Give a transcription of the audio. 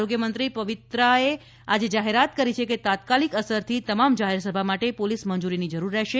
આરોગ્યમંત્રી પવિત્રા વાનીઆરાંચીએ આજે જાહેરાત કરી હતી કે તાત્કાલિક અસરથી તમામ જાહેરસભા માટે પોલીસ મંજુરીની જરૂર રહેશે